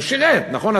הוא שירת, נכון?